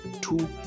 Two